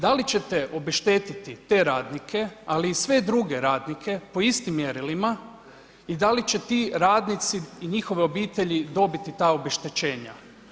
Da li ćete obeštetiti te radnike, ali i sve druge radnike po istim mjerilima i da li će ti radnici i njihove obitelji dobiti ta obeštećenja.